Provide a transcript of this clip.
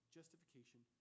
justification